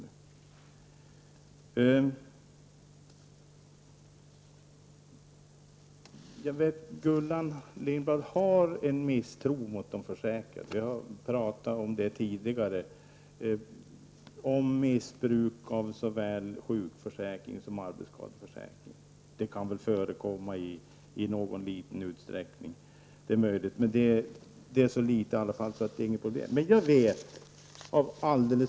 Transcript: Jag vet att Gullan Lindblad hyser en misstro mot de försäkrade. Vi har tidigare diskuterat missbruk av såväl sjukförsäkring som arbetsskadeförsäkring. Det är möjligt att det kanske kan förekomma i någon liten utsträckning, men det är så sällsynt att det inte utgör något större problem.